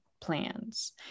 plans